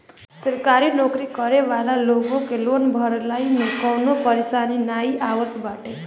सरकारी नोकरी करे वाला लोग के लोन भरला में कवनो परेशानी नाइ आवत बाटे